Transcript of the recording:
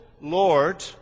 Lord